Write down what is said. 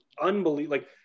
unbelievable